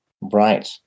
Right